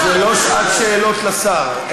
זה לא שעת שאלות לשר.